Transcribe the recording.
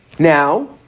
Now